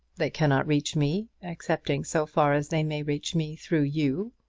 they cannot reach me, excepting so far as they may reach me through you.